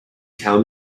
tell